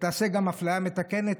ותעשה גם אפליה מתקנת,